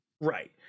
right